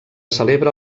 celebra